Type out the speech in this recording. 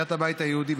סיעת הבית היהודי,